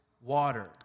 water